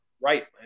Right